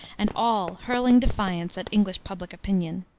and all hurling defiance at english public opinion.